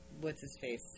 what's-his-face